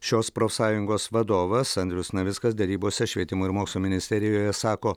šios profsąjungos vadovas andrius navickas derybose švietimo ir mokslo ministerijoje sako